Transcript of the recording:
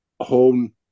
home